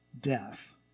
death